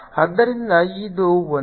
ಆದ್ದರಿಂದ ಇದು ಒಂದೇ